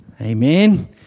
Amen